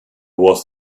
was